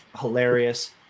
hilarious